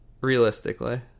realistically